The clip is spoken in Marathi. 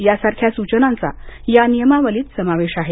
यासारख्या सूचनांचा या नियमावलीत समावेश आहे